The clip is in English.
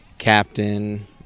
Captain